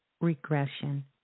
regression